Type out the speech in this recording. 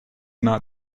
not